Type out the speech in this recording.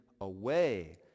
away